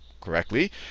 correctly